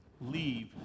leave